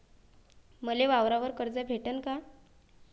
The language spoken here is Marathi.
मले वावरावर कर्ज भेटन का?